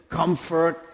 comfort